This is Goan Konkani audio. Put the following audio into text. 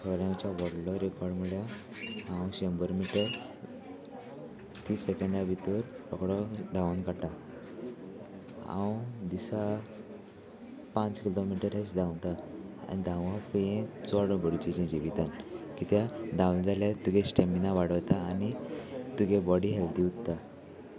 थोड्यांचो व्हडलो रिकॉर्ड म्हळ्यार हांव शंबर मिटर तीस सेकेंडा भितर रोकडो धांवोन काडटा हांव दिसा पांच किलोमिटरच धांवतां आनी धांवप हे चड भरजेचे जिवितान कित्याक धांवं जाल्यार तुगे स्टॅमिना वाडवता आनी तुगे बॉडी हेल्दी उरता